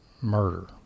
murder